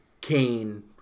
Cain